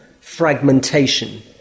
fragmentation